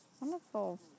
wonderful